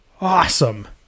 Awesome